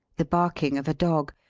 the barking of a dog.